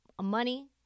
money